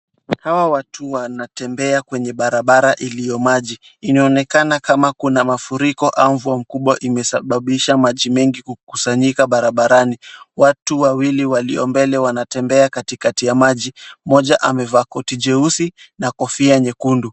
Hawa watu wanatembea kwenye barabara iliyo maji. Inaonekana kama kuna mafuriko au mvua mkubwa imesababisha maji mengi kukusanyika barabarani. Watu wawili walio mbele wanatembea katikati ya maji, mmoja amevaa koti jeusi na kofia nyekundu.